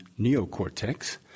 neocortex